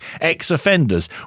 ex-offenders